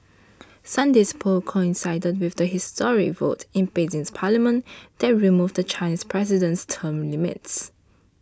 Sunday's polls coincided with the historic vote in Beijing's parliament that removed the Chinese president's term limits